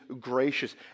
gracious